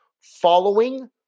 following